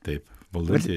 taip valdantieji